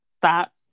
Stop